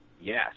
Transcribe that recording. Yes